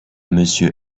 monsieur